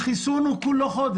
החיסון הוא בסך הכול חודש,